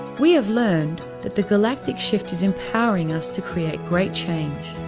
we have learned that the galactic shift is empowering us to create great change,